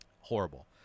Horrible